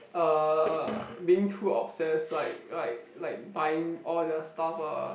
uh being too obsessed like like like buying all their stuff uh